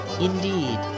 Indeed